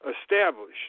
established